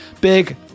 Big